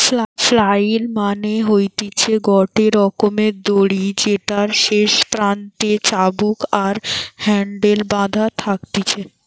flail মানে হতিছে গটে রকমের দড়ি যেটার শেষ প্রান্তে চাবুক আর হ্যান্ডেল বাধা থাকতিছে